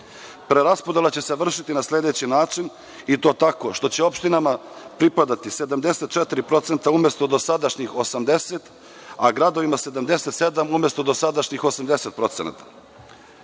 Preraspodela će se vršiti na sledeći način i to tako što će opštinama pripadati 74% umesto dosadašnjih 80%, a gradovima 77% umesto dosadašnjih